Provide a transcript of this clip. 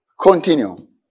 Continue